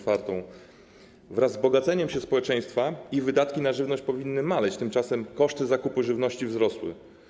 Wraz z wzbogaceniem się społeczeństwa ich wydatki na żywność powinny maleć, tymczasem koszty zakupu żywności wzrosły.